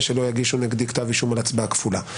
שלא יגישו נגדי כתב אישום על הצבעה כפולה.